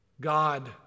God